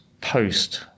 post